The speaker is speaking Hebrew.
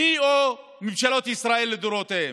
אני או ממשלות ישראל לדורותיהן?